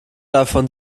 davon